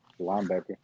linebacker